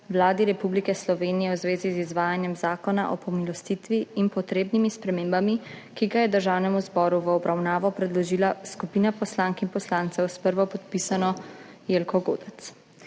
Vladi Republike Slovenije v zvezi z izvajanjem Zakona o pomilostitvi in potrebnimi spremembami, ki ga je Državnemu zboru v obravnavo predložila skupina poslank in poslancev s prvopodpisano Jelko Godec.